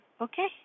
Okay